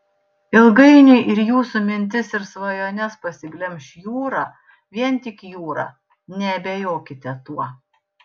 ilgainiui ir jūsų mintis ir svajones pasiglemš jūra vien tik jūra neabejokite tuo